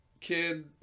kid